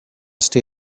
stay